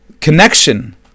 connection